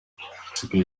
hasigaye